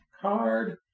card